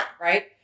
right